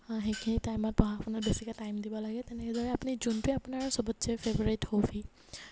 সেইখিনি টাইমত পঢ়া শুনাত বেছিকৈ টাইম দিব লাগে তেনেদৰে আপুনি যোনটোৱেই আপোনাৰ সবতচে ফেভাৰেট হ'বি